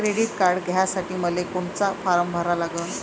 Credit card घ्यासाठी मले कोनचा फारम भरा लागन?